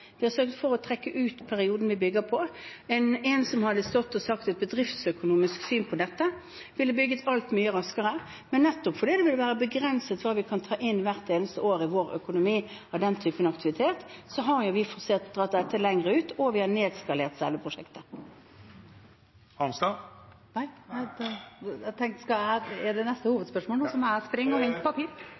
Vi har sørget for å trekke ut perioden vi bygger på. En som hadde stått med et bedriftsøkonomisk syn på dette, ville bygget alt mye raskere, men nettopp fordi det vil være begrenset hva vi kan ta inn hvert eneste år i vår økonomi av den typen aktivitet, har vi forsert og dratt dette lenger ut, og vi har nedskalert selve prosjektet. Kari Elisabeth Kaski – til oppfølgingsspørsmål. Ingen regjering har noen gang brukt så mye penger som